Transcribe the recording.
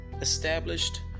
established